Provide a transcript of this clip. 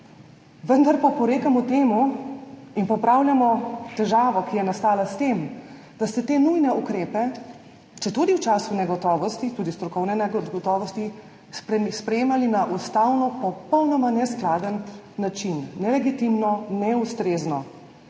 vendar pa oporekamo temu in popravljamo težavo, ki je nastala s tem, da ste te nujne ukrepe, četudi v času negotovosti, tudi strokovne negotovosti, sprejemali na ustavno popolnoma neskladen način, nelegitimno, neustrezno.